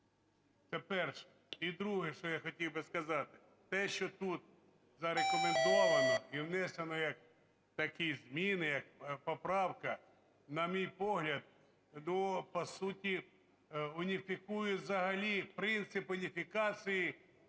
Це перше. І друге, що я хотів би сказати. Те, що тутзарекомендовано і внесено, як такі зміни, як поправка, на мій погляд, по суті уніфікують взагалі принцип уніфікації